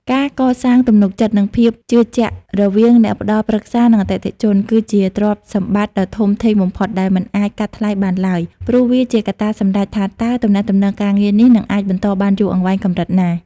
ការកសាងទំនុកចិត្ត និងភាពជឿជាក់រវាងអ្នកផ្ដល់ប្រឹក្សា និងអតិថិជន គឺជាទ្រព្យសម្បត្តិដ៏ធំធេងបំផុតដែលមិនអាចកាត់ថ្លៃបានឡើយ ព្រោះវាជាកត្តាសម្រេចថាតើទំនាក់ទំនងការងារនេះនឹងអាចបន្តបានយូរអង្វែងកម្រិតណា។